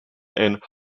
and